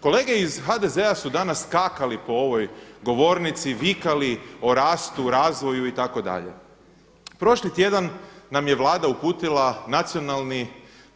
Kolege iz HDZ su danas skakali po ovoj govornici, vikali o rastu, razvoju itd. prošli tjedan nam je Vlada uputila Nacionalni